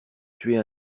tuer